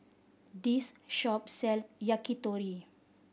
this shop sell Yakitori